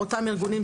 בקולר,